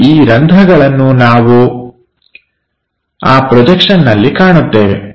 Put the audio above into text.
ಮತ್ತು ಈ ರಂಧ್ರ ಗಳನ್ನು ಸಹ ನಾವು ಆ ಪ್ರೊಜೆಕ್ಷನ್ನಲ್ಲಿ ಕಾಣುತ್ತೇವೆ